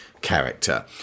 character